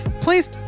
Please